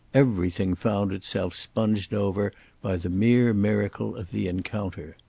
everything found itself sponged over by the mere miracle of the encounter.